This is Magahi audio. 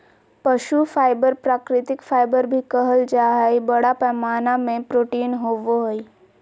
पशु फाइबर प्राकृतिक फाइबर भी कहल जा हइ, बड़ा पैमाना में प्रोटीन होवो हइ